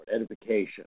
edification